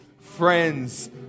friends